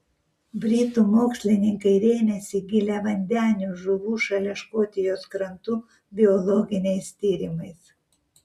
britų mokslininkai rėmėsi giliavandenių žuvų šalia škotijos krantų biologiniais tyrimais